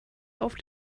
auf